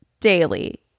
daily